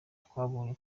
twabonye